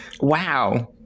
wow